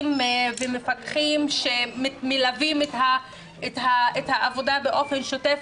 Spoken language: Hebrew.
ומפקחים שמלווים את העבודה באופן שוטף,